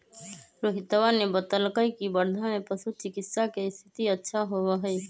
रोहितवा ने बतल कई की वर्धा में पशु चिकित्सा के स्थिति अच्छा होबा हई